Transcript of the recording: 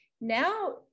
now